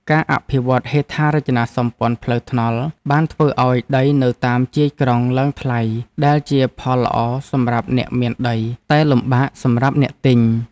ការអភិវឌ្ឍហេដ្ឋារចនាសម្ព័ន្ធផ្លូវថ្នល់បានធ្វើឱ្យដីនៅតាមជាយក្រុងឡើងថ្លៃដែលជាផលល្អសម្រាប់អ្នកមានដីតែលំបាកសម្រាប់អ្នកទិញ។